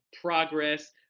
progress